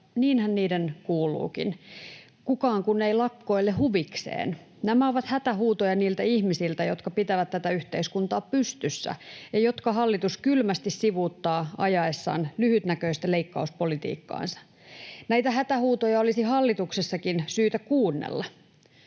niinhän niiden kuuluukin. Kukaan kun ei lakkoile huvikseen. Nämä ovat hätähuutoja niiltä ihmisiltä, jotka pitävät tätä yhteiskuntaa pystyssä ja jotka hallitus kylmästi sivuuttaa ajaessaan lyhytnäköistä leikkauspolitiikkaansa. Näitä hätähuutoja olisi hallituksessakin syytä kuunnella.